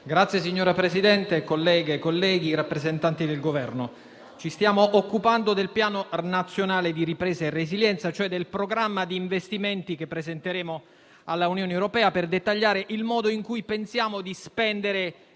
Signora Presidente, colleghe e colleghi, rappresentanti del Governo, ci stiamo occupando del Piano nazionale di ripresa e resilienza, cioè del programma di investimenti che presenteremo all'Unione europea, per dettagliare il modo in cui pensiamo di spendere